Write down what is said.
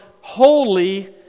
holy